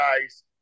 guys